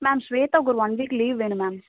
ma'am ஸ்வேதாக்கு ஒரு one week leave வேணும் மேம்